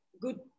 good